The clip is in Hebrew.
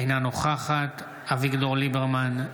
אינה נוכחת אביגדור ליברמן,